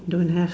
don't have